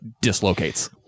dislocates